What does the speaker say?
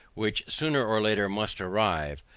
which sooner or later must arrive,